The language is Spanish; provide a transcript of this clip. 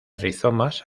rizomas